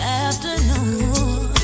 afternoon